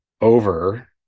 over